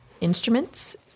instruments